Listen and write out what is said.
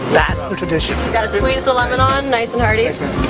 that's the tradition. you gotta squeeze the lemon on nice and hearty.